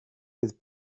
bydd